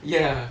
ya